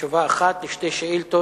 תשובה אחת על שתי שאילתות,